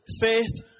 Faith